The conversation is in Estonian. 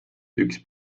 üks